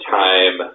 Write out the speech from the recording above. time